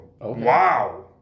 wow